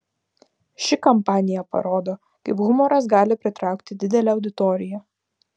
ši kampanija parodo kaip humoras gali pritraukti didelę auditoriją